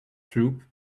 troupe